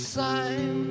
sign